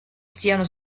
siano